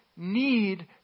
need